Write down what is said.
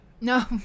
No